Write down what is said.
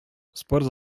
спорт